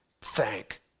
Thank